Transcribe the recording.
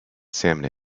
salmon